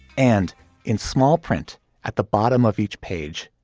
and in small print at the bottom of each page,